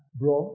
bro